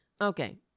okay